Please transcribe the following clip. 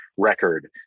record